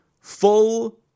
full